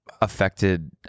affected